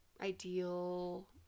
ideal